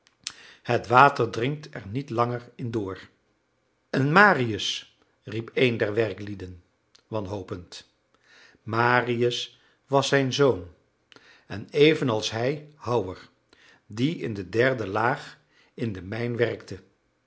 het water dringt er niet langer in door en marius riep een der werklieden wanhopend marius was zijn zoon en evenals hij houwer die in de derde laag in de mijn werkte